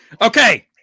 Okay